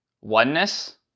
oneness